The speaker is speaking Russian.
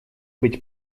быть